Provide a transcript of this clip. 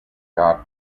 got